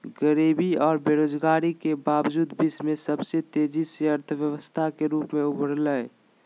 गरीबी औरो बेरोजगारी के बावजूद विश्व में सबसे तेजी से अर्थव्यवस्था के रूप में उभरलय